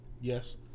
Yes